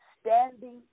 standing